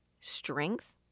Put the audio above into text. strength